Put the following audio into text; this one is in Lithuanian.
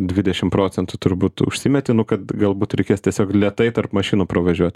dvidešim procentų turbūt užsimeti nu kad galbūt reikės tiesiog lėtai tarp mašinų pravažiuot